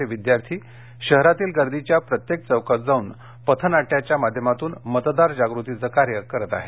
चे विद्यार्थी हे शहरातील गर्दीच्या प्रत्येक चौकात जाऊन पथ नाट्याच्या माध्यमातून मतदार जागृतीचे कार्य करत आहेत